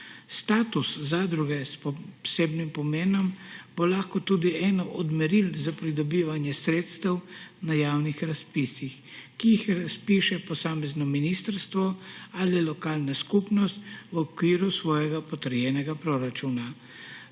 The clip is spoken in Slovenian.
Status zadruge s posebnim pomenom bo lahko tudi eno od meril za pridobivanje sredstev na javnih razpisih, ki jih razpiše posamezno ministrstvo ali lokalna skupnost v okviru svojega potrjenega proračuna.